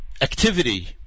activity